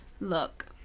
Look